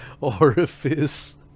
orifice